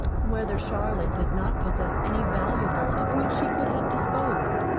whether charlotte did not possess any valuable of which she could have disposed,